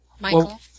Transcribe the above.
Michael